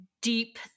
deep